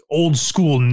old-school